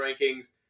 rankings